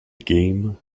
game